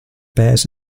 bears